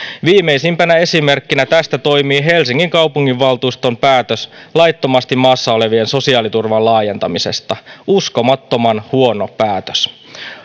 viimeisimpänä esimerkkinä tästä toimii helsingin kaupunginvaltuuston päätös laittomasti maassa olevien sosiaaliturvan laajentamisesta uskomattoman huono päätös